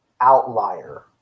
outlier